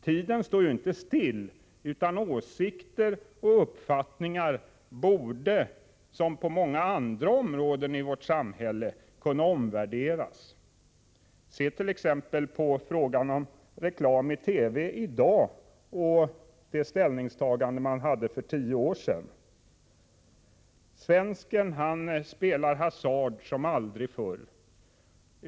Tiden står ju inte stilla, utan åsikter och uppfattningar borde, såsom på många andra områden i vårt samhälle, kunna omvärderas. Se t.ex. på ställningstagandet i fråga om reklam i TV i dag och för tio år sedan! Sverige skall spela hasard som aldrig förr.